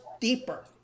deeper